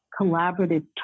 collaborative